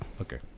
Okay